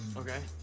okay.